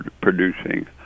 producing